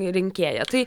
rinkėją tai